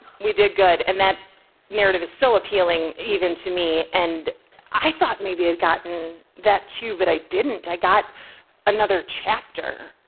we did good. and that narrative is so appealing even to me, and i thought maybe i had gotten that, too, but i didn't. i got another chapter.